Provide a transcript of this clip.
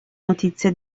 notizia